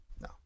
no